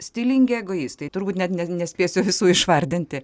stilingi egoistai turbūt net ne nespėsiu visų išvardinti